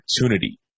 opportunity